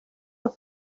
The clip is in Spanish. los